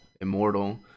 immortal